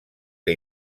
que